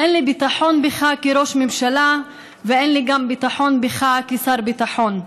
אין לי ביטחון בך כראש ממשלה ואין לי ביטחון בך גם כשר ביטחון.